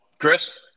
Chris